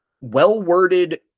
well-worded